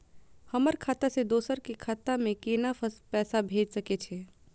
हमर खाता से दोसर के खाता में केना पैसा भेज सके छे?